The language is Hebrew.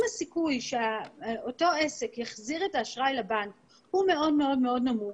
אם הסיכוי שהעסק יחזיר את האשראי לבנק הוא מאוד מאוד נמוך,